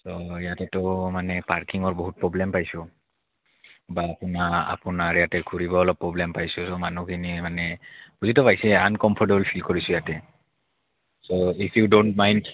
ত' ইয়াতেতো মানে পাৰ্কিঙৰ বহুত প্ৰব্লেম পাইছোঁ বা আপোনা আপোনাৰ ইয়াতে ঘূৰিব অলপ প্ৰব্লেম পাইছোঁ ছ' মানুহখিনি মানে বুজি ত' পাইছেই আনকমফৰ্টেবুল ফিল কৰিছে ইয়াতে ছ' ইফ ইউ ডণ্ট মাইণ্ড